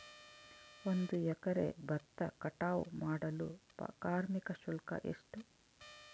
ಒಂದು ಎಕರೆ ಭತ್ತ ಕಟಾವ್ ಮಾಡಲು ಕಾರ್ಮಿಕ ಶುಲ್ಕ ಎಷ್ಟು?